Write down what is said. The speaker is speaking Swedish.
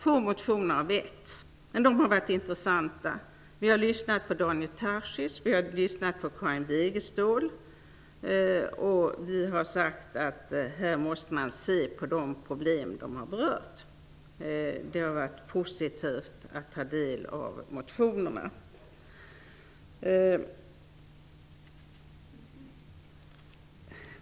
Få motioner ha väckts, men de har varit intressanta. Vi har lyssnat på Daniel Tarschys och på Karin Wegeståhl, och vi har sagt att man måste se närmare på de problem som de har tagit upp. Det har varit positivt att ta del av motionerna.